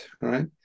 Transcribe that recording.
right